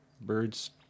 Birds